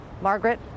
Margaret